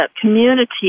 community